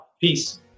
Peace